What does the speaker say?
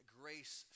grace